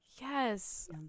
Yes